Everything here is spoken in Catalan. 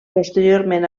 posteriorment